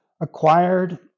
Acquired